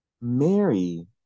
Mary